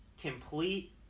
complete